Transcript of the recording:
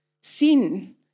Sin